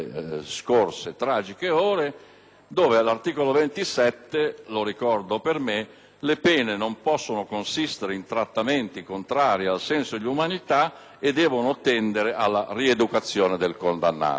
che all'articolo 27 (lo ricordo per me) recita: «Le pene non possono consistere in trattamenti contrari al senso di umanità e devono tendere alla rieducazione del condannato». Possiamo